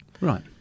Right